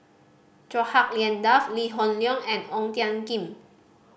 Chua Hak Lien Dave Lee Hoon Leong and Ong Tiong Khiam